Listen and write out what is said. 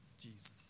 Jesus